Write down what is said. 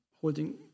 holding